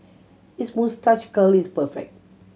his moustache curl is perfect